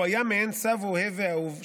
הוא היה מעין סב אוהב ואהוב,